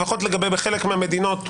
לפחות בחלק מהמדינות,